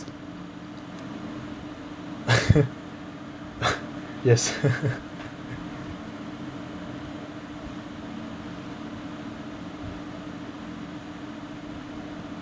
yes